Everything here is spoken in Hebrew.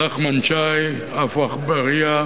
נחמן שי, עפו אגבאריה,